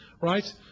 right